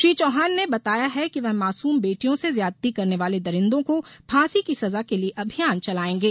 श्री चौहान ने बताया है कि वे मासूम बेटियों से ज्यादती करने वाले दरिंदों को फांसी की सजा के लिये अभियान चलायेंगे